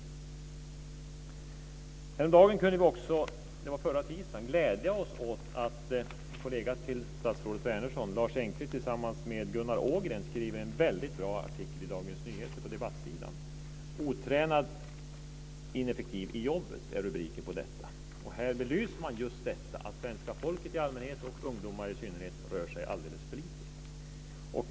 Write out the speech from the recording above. Förra tisdagen kunde vi glädja oss åt att Lars Engqvist, en kollega till statsrådet Wärnersson, tillsammans med Gunnar Ågren skrev en väldigt bra artikel i Dagens Nyheter på debattsidan. "Otränad ineffektiv i jobbet" var rubriken. Här belyser man just detta att svenska folket i allmänhet och ungdomar i synnerhet rör sig alldeles för lite.